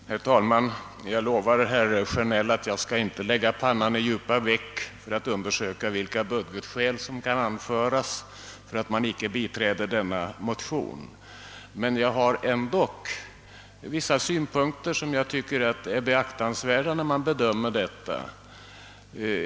Herr talman! Jag lovar herr Sjönell att jag inte skall lägga pannan i djupa veck för att undersöka vilka budgetskäl som kan anföras för att icke biträda denna motion. Men jag har ändock vissa synpunkter som jag tycker är beaktansvärda vid bedömningen.